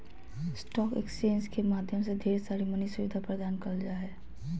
stock exchange के माध्यम से ढेर मनी सुविधा प्रदान करल जा हय